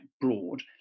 broad